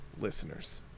listeners